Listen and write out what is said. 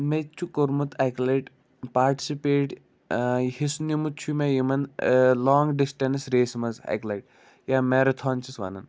مےٚ تہِ چھُ کوٚرمُت اَکہِ لَٹہِ پاٹِسِپیٹ حِصہٕ نِمُت چھُ مےٚ یِمَن لانٛگ ڈِسٹٮ۪نٕس ریسہِ منٛز اَکہِ لَٹہِ یا مٮ۪رَتھان چھِس وَنان